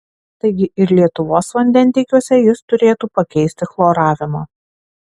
taigi ir lietuvos vandentiekiuose jis turėtų pakeisti chloravimą